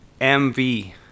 MV